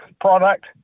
product